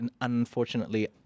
unfortunately